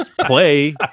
play